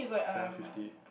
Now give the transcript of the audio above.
seven fifty